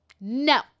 No